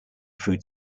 fruit